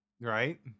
Right